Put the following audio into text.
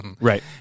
Right